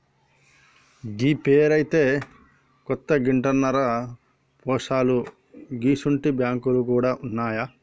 గీ పేరైతే కొత్తగింటన్నరా పోశాలూ గిసుంటి బాంకులు గూడ ఉన్నాయా